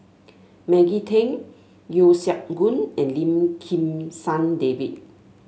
Maggie Teng Yeo Siak Goon and Lim Kim San David